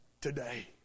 today